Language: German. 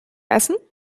essen